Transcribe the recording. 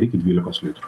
iki dvylikos litrų